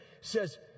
says